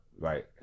right